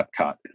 Epcot